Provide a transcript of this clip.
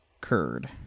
curd